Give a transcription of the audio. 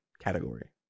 category